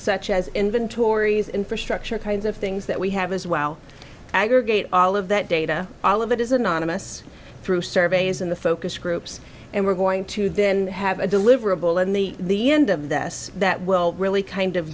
such as inventories infrastructure kinds of things that we have as well aggregate all of that data all of it is anonymous through surveys in the focus groups and we're going to then have a deliverable in the end of this that will really kind of